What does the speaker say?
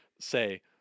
say